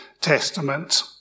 Testament